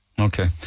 Okay